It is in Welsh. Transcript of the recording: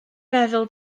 feddwl